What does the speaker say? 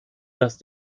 das